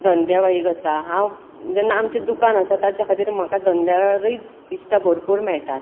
धंदेवायीक आसा हांव जेन्ना आमचें दुकान आसा ताचे खातीर म्हाका धंद्या वेळारूय इश्टां भरपूर मेळटात